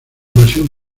invasión